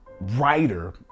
writer